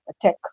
tech